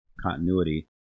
continuity